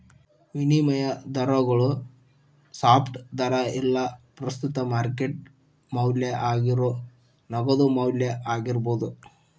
ವಿನಿಮಯ ದರಗೋಳು ಸ್ಪಾಟ್ ದರಾ ಇಲ್ಲಾ ಪ್ರಸ್ತುತ ಮಾರ್ಕೆಟ್ ಮೌಲ್ಯ ಆಗೇರೋ ನಗದು ಮೌಲ್ಯ ಆಗಿರ್ಬೋದು